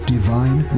Divine